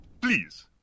Please